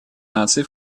наций